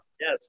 yes